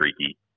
streaky